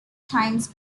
times